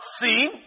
seen